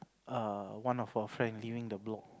err one of our friend giving the block